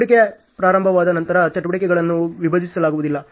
ಚಟುವಟಿಕೆ ಪ್ರಾರಂಭವಾದ ನಂತರ ಚಟುವಟಿಕೆಗಳನ್ನು ವಿಭಜಿಸಲಾಗುವುದಿಲ್ಲ